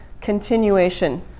continuation